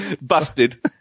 busted